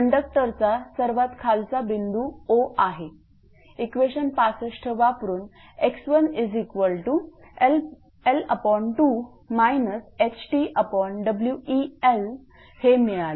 कंडक्टरचा सर्वात खालचा बिंदू O आहे इक्वेशन 65 वापरून x1L2 hTWeL हे मिळाले